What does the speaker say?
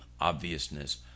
obviousness